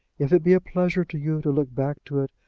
if it be a pleasure to you to look back to it,